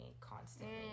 constantly